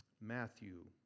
Matthew